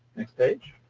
next page.